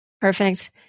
Perfect